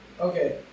okay